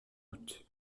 août